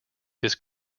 this